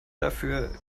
dafür